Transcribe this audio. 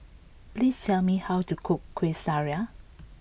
please tell me how to cook Kuih Syara